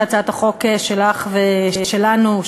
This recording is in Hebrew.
שהצעת החוק שלך ושלנו,